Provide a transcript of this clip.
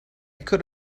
could